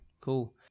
Cool